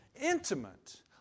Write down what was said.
intimate